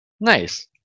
Nice